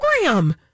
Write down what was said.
program